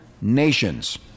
nations